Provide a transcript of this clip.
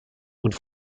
und